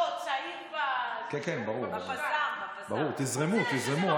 לא, צעיר, כן, כן, תזרמו, תזרמו.